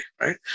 right